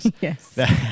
Yes